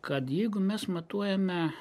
kad jeigu mes matuojame